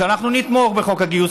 שאנחנו נתמוך בחוק הגיוס,